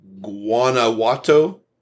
Guanajuato